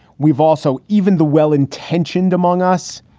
we've also even the well-intentioned among us,